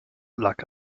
lag